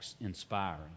inspiring